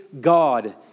God